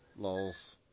LOLs